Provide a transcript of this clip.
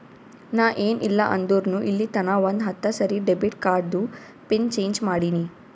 ನಾ ಏನ್ ಇಲ್ಲ ಅಂದುರ್ನು ಇಲ್ಲಿತನಾ ಒಂದ್ ಹತ್ತ ಸರಿ ಡೆಬಿಟ್ ಕಾರ್ಡ್ದು ಪಿನ್ ಚೇಂಜ್ ಮಾಡಿನಿ